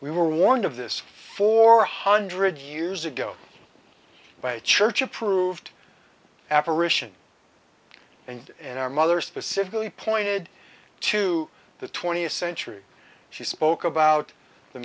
we were warned of this four hundred years ago by a church approved apparition and in our mothers specifically pointed to the twentieth century she spoke about the